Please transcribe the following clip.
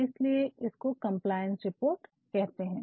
तो इसलिए इसको कंप्लायंस रिपोर्ट कहते है